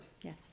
Yes